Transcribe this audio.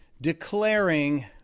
declaring